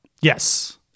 Yes